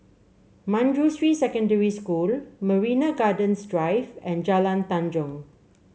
Manjusri Secondary School Marina Gardens Drive and Jalan Tanjong